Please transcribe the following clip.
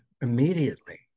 immediately